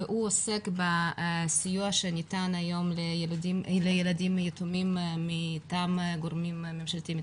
והוא עוסק בסיוע שניתן היום לילדים יתומים מטעם גורמים ממשלתיים,